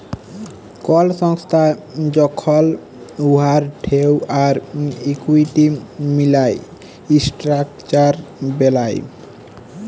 call সংস্থা যখল উয়ার ডেট আর ইকুইটি মিলায় ইসট্রাকচার বেলায়